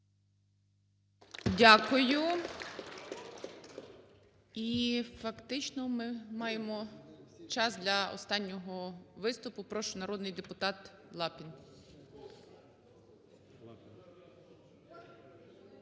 Дякую. І фактично ми маємо час для останнього виступу. Прошу, народний депутат Лапін.